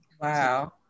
Wow